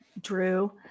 drew